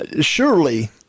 Surely